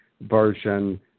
version